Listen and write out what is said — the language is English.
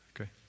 Okay